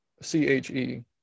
C-H-E